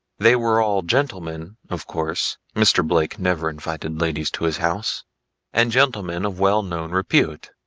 they were all gentlemen of course mr. blake never invited ladies to his house and gentlemen of well known repute.